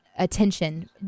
attention